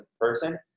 person